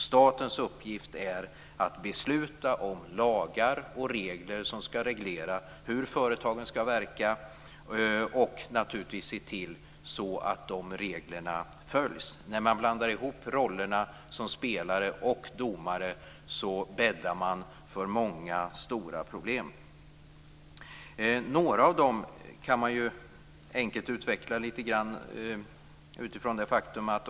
Statens uppgift är att besluta om lagar och regler som skall reglera hur företagen skall verka och naturligtvis att se till att de reglerna följs. När man blandar ihop rollerna som spelare och domare bäddar man för många stora problem. Några av de problemen kan man enkelt utveckla litet grand utifrån detta faktum.